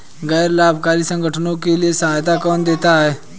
गैर लाभकारी संगठनों के लिए सहायता कौन देता है?